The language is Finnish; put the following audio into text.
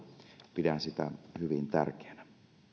pidän hyvin tärkeänä